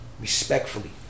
respectfully